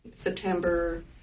September